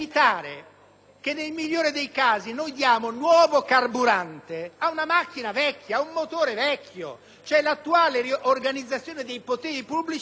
che nel migliore dei casi diamo nuovo carburante ad una macchina vecchia, ad un motore vecchio, quale è l'attuale organizzazione dei poteri pubblici italiana,